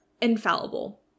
infallible